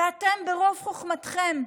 ואתם, ברוב חוכמתם,